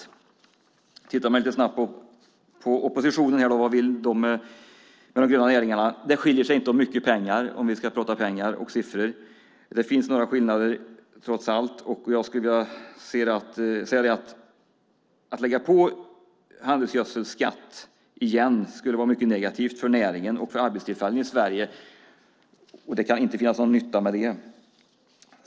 Om man tittar lite snabbt på vad oppositionen vill med de gröna näringarna skiljer det sig inte så mycket i pengar, om vi ska prata pengar och siffror. Men det finns trots allt några skillnader, och jag skulle vilja säga att det vore mycket negativt för näringen och för arbetstillfällen att lägga på handelsgödselskatt igen. Det kan inte finnas någon nytta med det.